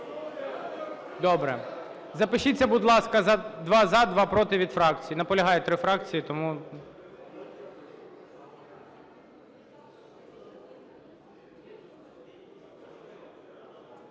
Добре. Запишіться, будь ласка: два – за, два – проти від фракцій. Наполягають 3 фракції, тому…